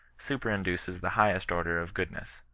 super induces the highest order of goodness.